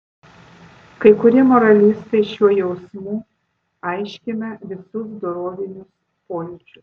kai kurie moralistai šiuo jausmu aiškina visus dorovinius pojūčius